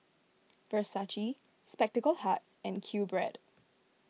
Versace Spectacle Hut and Qbread